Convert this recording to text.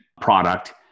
product